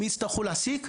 מי יצטרכו להעסיק?